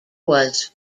was